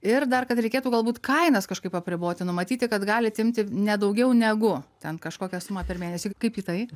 ir dar kad reikėtų galbūt kainas kažkaip apriboti numatyti kad galit imti ne daugiau negu ten kažkokią sumą per mėnesį ir kaip į tai